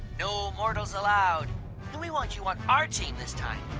no mortals allowed. and we want you on our team this time.